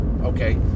Okay